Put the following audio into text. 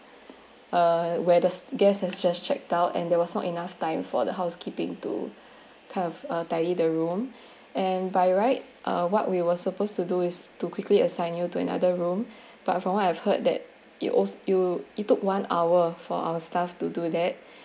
uh where the guest has just checked out and there was not enough time for the housekeeping to kind of uh tidy the room and by right uh what we were supposed to do is to quickly assign you to another room but from what I've heard that it was you it took one hour for our staff to do that